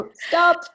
Stop